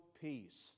peace